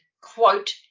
quote